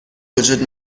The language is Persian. وجود